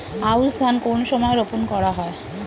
আউশ ধান কোন সময়ে রোপন করা হয়?